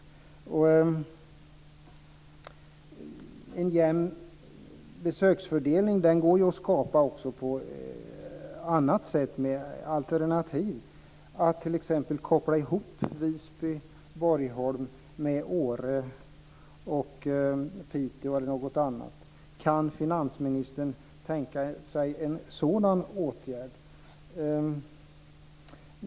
Det går att skapa en jämn besöksfördelning med hjälp av alternativ. Det går att koppla ihop Visby, Borgholm med Åre och Piteå. Kan finansministern tänka sig en sådan åtgärd?